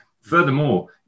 Furthermore